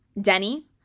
Denny